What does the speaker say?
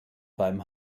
beim